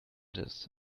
this